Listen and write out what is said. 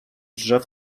drzew